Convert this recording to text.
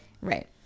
right